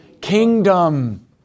kingdom